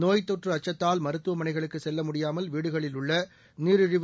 நோய்த் தொற்று அச்சத்தால் மருத்துவமனைகளுக்கு செல்ல முடியாமல் வீடுகளில் உள்ள நீரழிவு